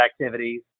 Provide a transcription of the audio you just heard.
activities